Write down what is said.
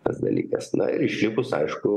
tas dalykas na ir išlipus aišku